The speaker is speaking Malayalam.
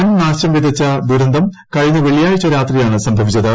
വൻനാശം വിതച്ച ദുരന്തം കഴിഞ്ഞ വെള്ളിയാഴ്ച രാത്രിയാണ് സംഭവിച്ചത്